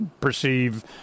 perceive